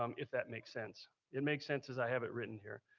um if that makes sense. it makes sense as i have it written here.